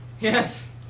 Yes